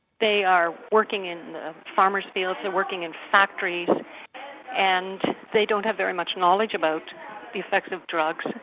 they are working in farmers' fields, they are working in factories and they don't have very much knowledge about the effects of drugs.